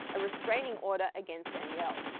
a restraining order against danielle.